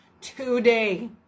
today